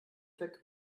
fleck